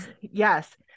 Yes